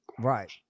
Right